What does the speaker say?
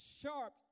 Sharp